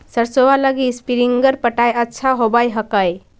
सरसोबा लगी स्प्रिंगर पटाय अच्छा होबै हकैय?